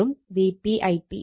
വെറും Vp Ip